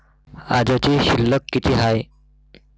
आजची शिल्लक किती हाय?